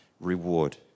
reward